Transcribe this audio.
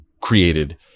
created